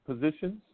positions